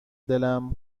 دلم